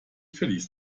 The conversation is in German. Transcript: verließ